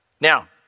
Now